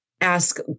ask